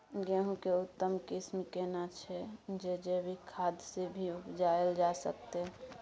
गेहूं के उत्तम किस्म केना छैय जे जैविक खाद से भी उपजायल जा सकते?